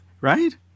Right